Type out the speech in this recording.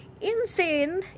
insane